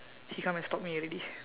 he come and stop me already